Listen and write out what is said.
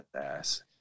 ass